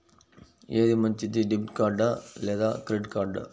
ఏది మంచిది, debit card లేదా క్రెడిట్ కార్డ్?